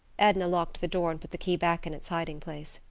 edna locked the door and put the key back in its hiding-place.